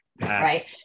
Right